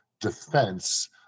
defense